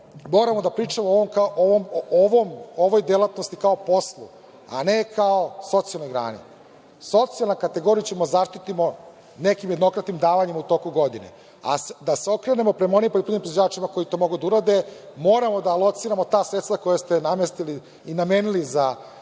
moramo da pričamo o ovoj delatnosti kao poslu, a ne kao socijalnoj grani. Socijalna kategorija ćemo da zaštitimo nekim jednokratnim davanjima u toku godine. A da se okrenemo prema onim poljoprivrednim proizvođačima koji to mogu da urade. Moramo da lociramo ta sredstva koja ste namestili i namenili za